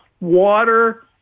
water